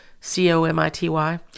C-O-M-I-T-Y